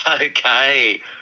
okay